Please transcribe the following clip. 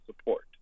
support